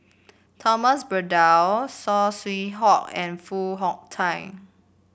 Thomas Braddell Saw Swee Hock and Foo Hong Tatt